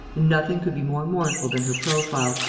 and nothing could be more mournful than her profile,